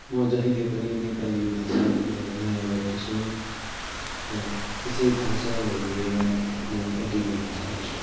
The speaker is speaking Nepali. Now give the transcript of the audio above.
म जहिले पनि नेपाली भाषालाई माया गर्दछु र यसरी भाषालाई लिएर म अघि बढ्न चाहन्छु